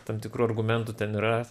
tam tikrų argumentų ten yra